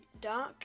dark